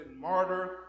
Martyr